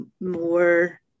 more